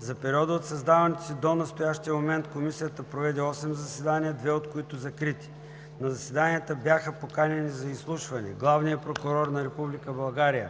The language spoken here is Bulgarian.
За периода от създаването си до настоящия момент Комисията проведе осем заседания, две от които закрити. На заседанията бяха поканени за изслушване главният прокурор на